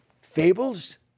fables